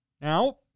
Now